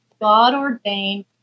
God-ordained